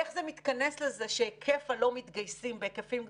איך זה מתכנס לזה שהיקף הלא מתגייסים בהיקפים גדולים,